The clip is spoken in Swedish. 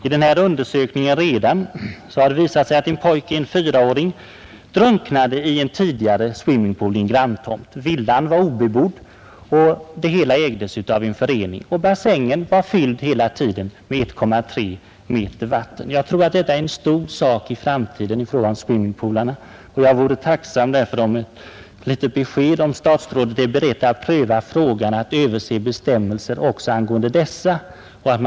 Av Thorsons undersökning framgick t.ex. att en fyraårig pojke drunknade i en swimmingpool på en granntomt. Villan, som ägdes av en förening, var obebodd, men bassängen var hela tiden fylld med vatten till 1,3 meters djup! Frågan om swimmingpools blir betydelsefull i framtiden, och jag vore därför tacksam för ett besked, om statsrådet är beredd att pröva frågan att överse bestämmelserna angående dessa swimmingpools.